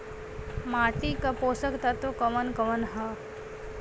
माटी क पोषक तत्व कवन कवन ह?